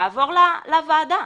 יעבור לוועדה.